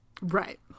Right